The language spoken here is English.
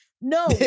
No